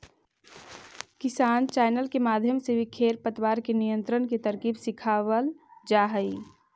किसान चैनल के माध्यम से भी खेर पतवार के नियंत्रण के तरकीब सिखावाल जा हई